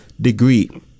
degree